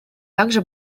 также